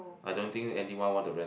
I don't think anyone want to rent